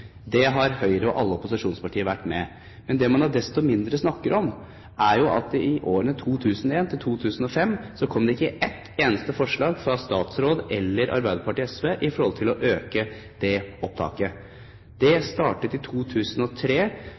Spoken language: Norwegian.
der har Høyre og alle opposisjonspartier vært med – men det man desto mindre har snakket om, er jo at det i løpet av årene 2001–2005 ikke kom ett eneste forslag fra statsråden, Arbeiderpartiet eller SV når det gjelder å øke opptaket. Det startet i 2003,